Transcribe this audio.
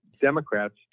Democrats